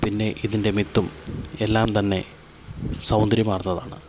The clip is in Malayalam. പിന്നെ ഇതിൻ്റെ മിത്തും എല്ലാം തന്നെ സൗന്ദര്യമാർന്നതാണ്